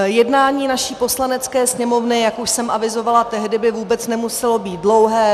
Jednání naší Poslanecké sněmovny, jak už jsem avizovala tehdy, by vůbec nemuselo být dlouhé.